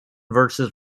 versus